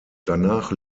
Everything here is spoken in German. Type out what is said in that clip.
danach